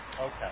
Okay